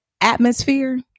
atmosphere